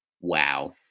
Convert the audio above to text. Wow